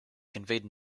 conveyed